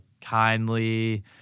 kindly